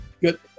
good